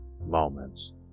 moments